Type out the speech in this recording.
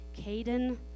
Caden